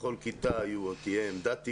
בכל כיתה תהיה עמדת היגיינה,